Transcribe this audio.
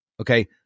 Okay